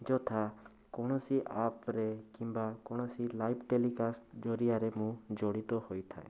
ଯଥା କୌଣସି ଆପ୍ରେ କିମ୍ବା କୌଣସି ଲାଇଭ୍ ଟେଲିକାଷ୍ଟ ଜରିଆରେ ମୁଁ ଜଡ଼ିତ ହୋଇଥାଏ